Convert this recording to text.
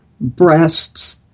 breasts